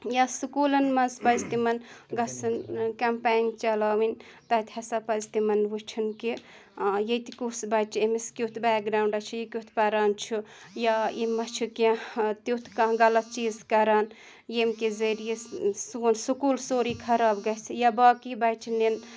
یا سکوٗلَن منٛز پَزِ تِمَن گژھُن کَمپین چلاوٕنۍ تَتہِ ہَسا پَزِ تِمَن وُچھُن کہِ ییٚتہِ کُس بَچہِ أمِس کیُتھ بیک گراوُنٛڈا چھِ یہِ کیُتھ پَران چھُ یا یہِ ما چھُ کینٛہہ تیُتھ کانٛہہ غلط چیٖز کَران ییٚمہِ کہِ ذٔریعہِ سون سکوٗل سورُے خراب گژھِ یا باقٕے بَچہِ نِنۍ